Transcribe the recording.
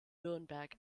nürnberg